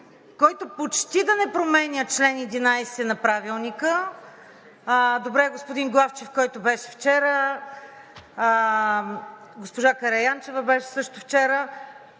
който почти да не променя чл. 11 на Правилника. Добре, че господин Главчев беше вчера, госпожа Караянчева беше също вчера,